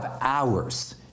hours